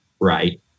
Right